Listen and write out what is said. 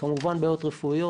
כמובן בעיות רפואיות.